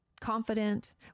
confident